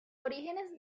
orígenes